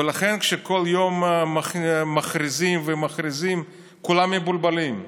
ולכן כשכל יום מכריזים ומכריזים, כולם מבולבלים.